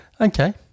Okay